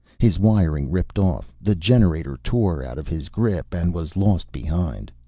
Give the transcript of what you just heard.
his wiring ripped off. the generator tore out of his grip and was lost behind.